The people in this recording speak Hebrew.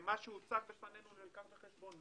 מה שהוצג בפנינו נלקח בחשבון.